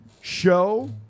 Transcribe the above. show